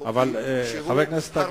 אחת, זה משרד הפנים, ולא המשרד לביטחון הפנים.